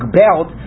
belt